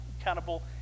accountable